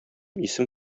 исем